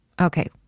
Okay